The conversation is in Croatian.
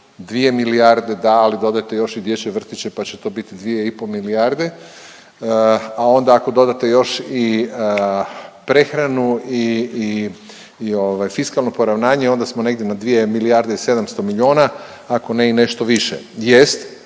2 milijarde da, ali dodajte još dječje vrtiće pa će to biti 2,5 milijarde. A onda ako dodate još i prehranu i fiskalno poravnanje onda smo negdje na dvije milijarde i 700 miljona ako ne i nešto više.